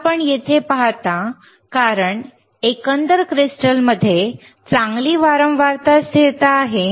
तर आपण येथे पाहता कारण एकंदर क्रिस्टलमध्ये चांगली वारंवारता स्थिरता आहे